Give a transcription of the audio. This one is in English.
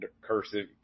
cursive